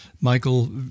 Michael